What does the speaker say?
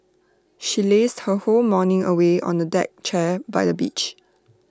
she lazed her whole morning away on A deck chair by the beach